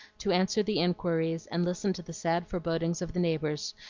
to answer the inquiries and listen to the sad forebodings of the neighbors,